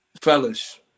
fellas